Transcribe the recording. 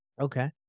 Okay